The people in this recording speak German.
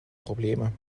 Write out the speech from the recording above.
probleme